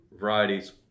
varieties